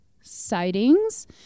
sightings